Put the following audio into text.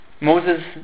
Moses